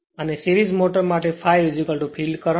અને સિરીજમોટર માટે ∅ field current